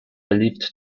believed